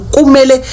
Kumele